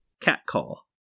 Catcall